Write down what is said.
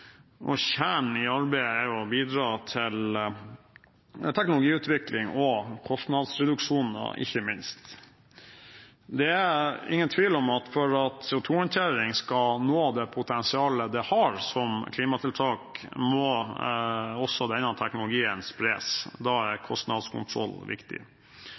og kjernen i arbeidet er å bidra til teknologiutvikling og ikke minst kostnadsreduksjoner. Det er ingen tvil om at for at CO2-håndtering skal nå det potensialet det har som klimatiltak, må også denne teknologien spres. Da er kostnadskontroll viktig.